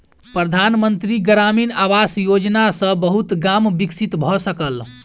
प्रधान मंत्री ग्रामीण आवास योजना सॅ बहुत गाम विकसित भअ सकल